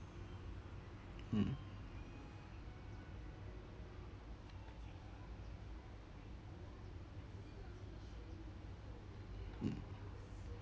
mm mm